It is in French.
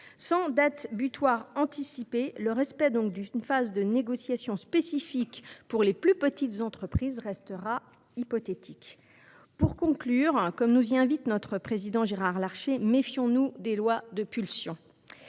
sans date butoir anticipée, le respect d’une phase de négociation spécifique pour les plus petites entreprises restera hypothétique. Comme nous y invite notre président Gérard Larcher, méfions nous des lois de pulsion.